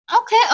Okay